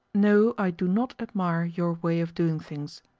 no, i do not admire your way of doing things,